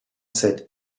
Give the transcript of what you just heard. sept